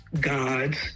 God's